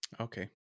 Okay